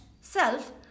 self